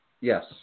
Yes